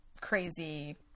crazy